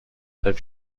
have